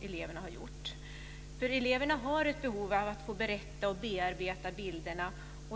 bilder de gjort. Eleverna har ett behov av att få berätta och bearbeta bilderna.